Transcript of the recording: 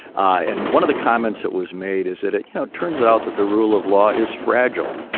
and one of the comments that was made is that it you know turns out that the rule of law is fragile.